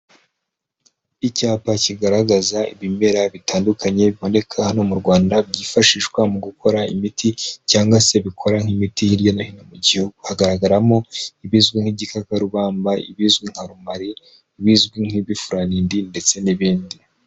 Icyapa kigaragaza ibimera bitandukanye biboneka hano mu Rwanda, byifashishwa mu gukora imiti cyangwa se bikora nk'imiti hirya no hino mu Gihugu. Hagaragaramo ibizwi nk'igikakarubamba, ibizwi nka rumari, ibizwi nk'ibifuranindi ndetse n'ibindi.